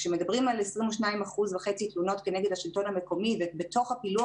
כאשר מדברים על 22.5 אחוזים תלונות כנגד השלטון המקומי ובתוך הפילוח